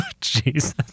Jesus